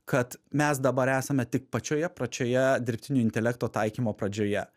kad mes dabar esame tik pačioje pradžioje dirbtinio intelekto taikymo pradžioje